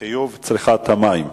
חיוב על צריכת המים.